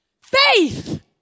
Faith